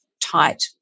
tight